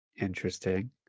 Interesting